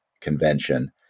convention